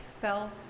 felt